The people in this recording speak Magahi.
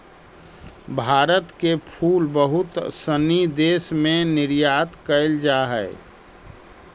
भारत के फूल बहुत सनी देश में निर्यात कैल जा हइ